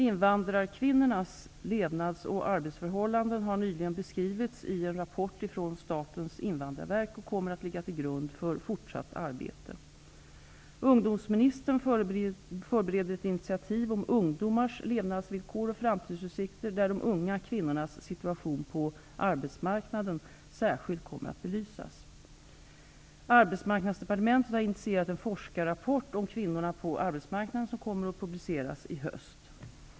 Invandrarkvinnornas levnads och arbetsförhållanden har nyligen beskrivits i en rapport från Statens invandrarverk, och den kommer att ligga till grund för fortsatt arbete. Ungdomsministern förbereder ett initiativ om ungdomars levnadsvillkor och framtidsutsikter, där de unga kvinnornas situation på arbetsmarknaden särskilt kommer att belysas. Arbetsmarknadsdepartementet har initierat en forskarrapport om kvinnor på arbetsmarknaden som kommer att publiceras i höst.